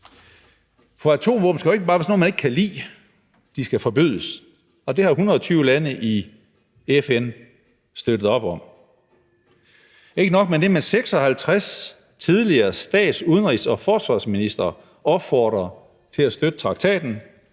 For atomvåben skal jo ikke bare være sådan noget, man ikke kan lide; de skal forbydes, og det har 120 lande i FN støttet op om. Ikke nok med det, så opfordrer 56 tidligere stats-, udenrigs- og forsvarsministre til at støtte traktaten,